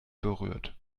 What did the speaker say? berührt